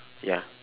ya